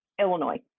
Illinois